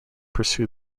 pursue